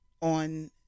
on